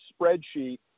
spreadsheet